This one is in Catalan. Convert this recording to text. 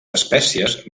espècies